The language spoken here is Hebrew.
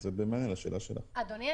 אדוני,